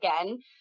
again